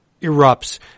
erupts